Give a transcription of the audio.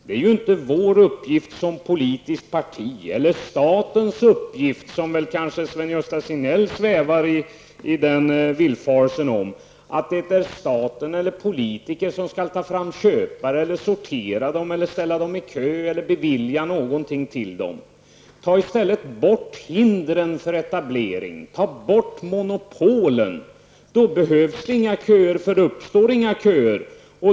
Det är inte vår uppgift som politiskt parti, eller statens uppgift, vilket kanske Sven-Gösta Signell svävar i villfarelse om, att ta fram köpare, sortera dem, ställa dem i kö eller bevilja någonting till dem. Ta i stället bort hindren för etablering och ta bort monopolen. Då behövs inga köer, eftersom det inte uppstår några köer.